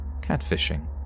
catfishing